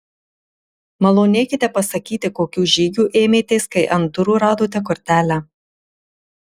malonėkite pasakyti kokių žygių ėmėtės kai ant durų radote kortelę